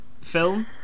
film